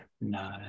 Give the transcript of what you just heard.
no